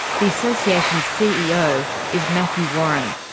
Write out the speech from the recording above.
the association's ceo is matthew warren.